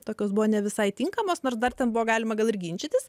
tokios buvo ne visai tinkamas nors dar ten buvo galima gal ir ginčytis